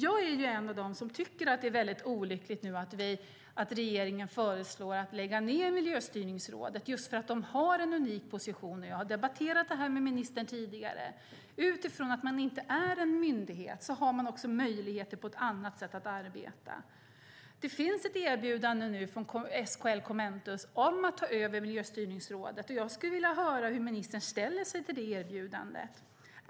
Jag är en av dem som tycker att det är väldigt olyckligt att regeringen föreslår att Miljöstyrningsrådet ska läggas ned just för att de har en unik position, och jag har debatterat det här med ministern tidigare. Utifrån att man inte är en myndighet har man möjligheter att arbeta på ett annat sätt. Det finns ett erbjudande nu från SKL Kommentus om att ta över Miljöstyrningsrådet. Jag skulle vilja höra hur ministern ställer sig till erbjudandet.